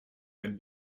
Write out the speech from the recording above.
wenn